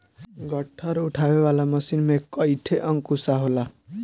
गट्ठर उठावे वाला मशीन में कईठे अंकुशा होला